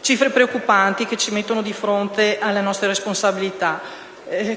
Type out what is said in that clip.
Cifre preoccupanti, che ci mettono di fronte alle nostre responsabilità.